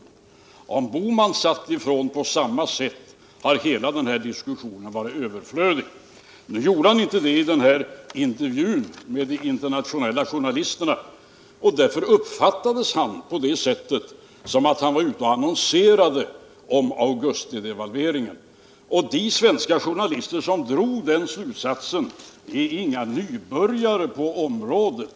Om Gösta Bohman hade sagt ifrån på samma sätt hade hela denna diskussion varit överflödig. Nu gjorde han inte det i intervjun, och därför uppfattades han som om han var ute och annonserade om augustidevalveringen. De svenska journalister som drog den slutsatsen är inga nybörjare på området.